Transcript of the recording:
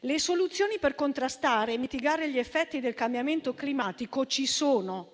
Le soluzioni per contrastare e mitigare gli effetti del cambiamento climatico ci sono.